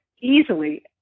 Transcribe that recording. easily